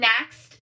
next